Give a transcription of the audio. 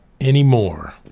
anymore